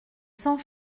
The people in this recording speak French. sans